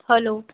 hello